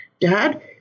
Dad